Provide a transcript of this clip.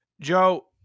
Joe